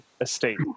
estate